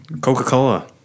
Coca-Cola